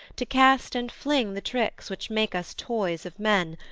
to cast and fling the tricks, which make us toys of men,